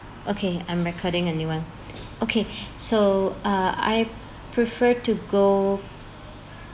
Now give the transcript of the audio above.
okay I'm recording a new [one] okay so uh I prefer to go